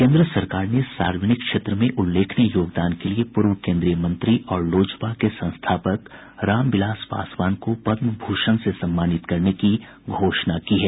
केन्द्र सरकार ने सार्वजनिक क्षेत्र में उल्लेखनीय योगदान के लिए पूर्व केन्द्रीय मंत्री और लोजपा के संस्थापक रामविलास पासवान को पद्म भूषण से सम्मानित करने की घोषणा की है